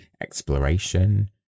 exploration